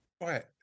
Right